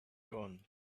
gone